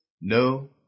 No